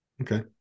Okay